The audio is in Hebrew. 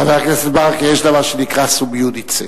חבר הכנסת ברכה, יש דבר שנקרא סוביודיצה,